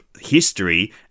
history